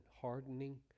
hardening